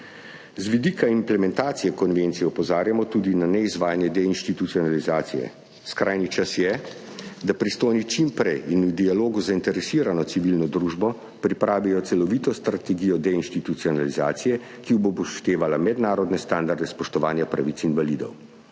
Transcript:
Z vidika implementacije konvencije opozarjamo tudi na neizvajanje deinstitucionalizacije. Skrajni čas je, da pristojni čim prej in v dialogu z zainteresirano civilno družbo pripravijo celovito strategijo deinstitucionalizacije, ki bo upoštevala mednarodne standarde spoštovanja pravic invalidov.